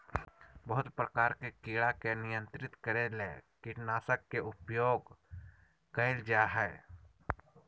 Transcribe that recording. बहुत प्रकार के कीड़ा के नियंत्रित करे ले कीटनाशक के उपयोग कयल जा हइ